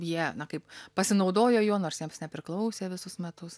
jie na kaip pasinaudojo juo nors jiems nepriklausė visus metus